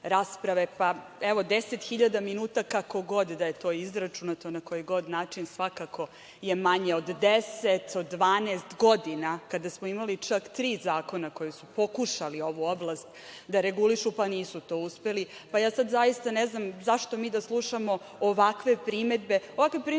Evo 10.000 minuta kako god da je to izračunato, na koji god način, svakako je manje od 10, 12 godina kada smo imali čak tri zakona koji su pokušali ovu oblast da regulišu, pa nisu to uspeli. Sada zaista ne znam zašto da slušamo ovakve primedbe? Ovakve primedbe